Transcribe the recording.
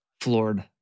floored